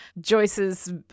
Joyce's